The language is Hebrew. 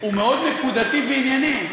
מאוד נקודתי וענייני.